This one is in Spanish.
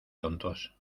tontos